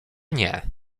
nie